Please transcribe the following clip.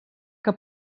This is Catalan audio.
que